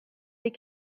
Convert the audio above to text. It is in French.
les